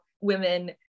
women